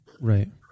Right